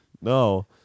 No